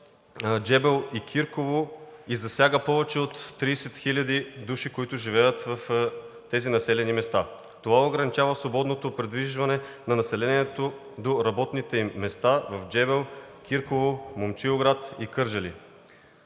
Джебел и Кирково и засяга повече от 30 хиляди души, които живеят в тези населени места. Това ограничава свободното придвижване на населението до работните им места в Джебел, Кирково, Момчилград и Кърджали.